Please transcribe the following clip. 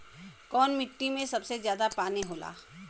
कौन मिट्टी मे सबसे ज्यादा पानी होला?